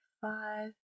five